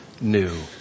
new